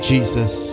Jesus